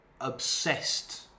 obsessed